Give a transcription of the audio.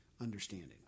understanding